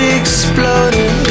exploding